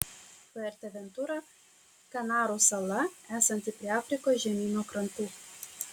fuerteventura kanarų sala esanti prie afrikos žemyno krantų